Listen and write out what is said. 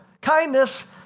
Kindness